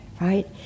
right